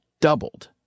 doubled